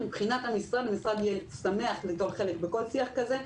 המשרד יהיה שמח ליטול חלק בכל שיח כזה,